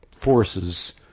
forces